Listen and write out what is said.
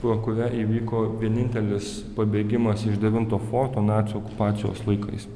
pro kurią įvyko vienintelis pabėgimas iš devinto forto nacių okupacijos laikais